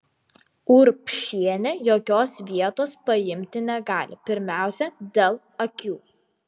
urbšienė jokios vietos paimti negali pirmiausia dėl akių